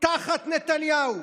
תחת נתניהו.